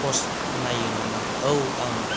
post नायो नामा औ आं